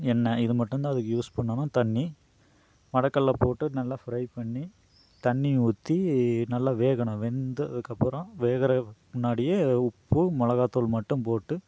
எண்ணெய் இது மட்டும் தான் அதுக்கு யூஸ் பண்ணனும் தண்ணி மடக்கல்ல போட்டு நல்லா ஃப்ரை பண்ணி தண்ணி ஊற்றி நல்லா வேகணும் வெந்ததுக்கப்புறோம் வேகுற முன்னாடியே உப்பு மிளகாத்தூள் மட்டும் போட்டு